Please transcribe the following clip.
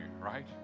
right